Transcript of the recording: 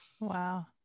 wow